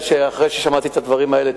אחרי ששמעתי את הדברים האלה,